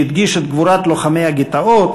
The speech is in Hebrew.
שהדגיש את גבורת לוחמי הגטאות,